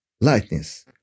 lightness